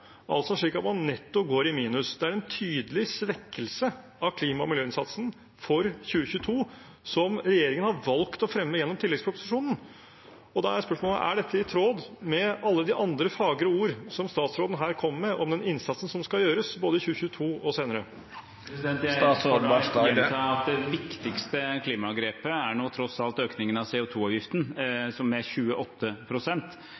altså slik at man netto går i minus. Det er en tydelig svekkelse av klima- og miljøinnsatsen for 2022 som regjeringen har valgt å fremme gjennom tilleggsproposisjonen. Da er spørsmålet: Er dette i tråd med alle de andre fagre ord som statsråden her kommer med om den innsatsen som skal gjøres, både i 2022 og senere? Jeg får da gjenta at det viktigste klimagrepet tross alt er økningen av